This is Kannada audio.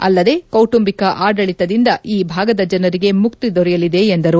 ಅಲ್ಲದೇ ಕೌಟುಂಬಿಕ ಆಡಳಿತದಿಂದ ಈ ಭಾಗದ ಜನರಿಗೆ ಮುಕ್ತಿ ದೊರೆಯಲಿದೆ ಎಂದರು